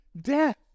death